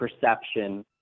perception